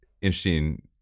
interesting